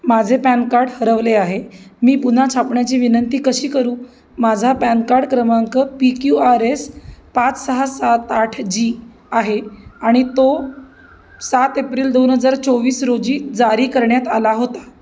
माझे PAN card हरवले आहे मी पुन्हा छापण्याची विनंती कशी करू माझा पॅन काड क्रमांक पी क्यू आर एस पाच सहा सात आठ जी आहे आणि तो सात एप्रिल दोन हजार चोवीस रोजी जारी करण्यात आला होता